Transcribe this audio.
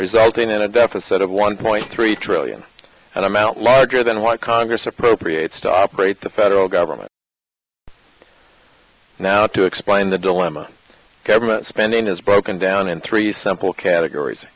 resulting in a deficit of one point three trillion and amount larger than what congress appropriates to operate the federal government now to explain the dilemma government spending has broken down in three simple categories